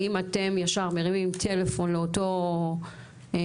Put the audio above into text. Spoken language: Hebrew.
האם אתם ישר מרימים טלפון לאותו מקום,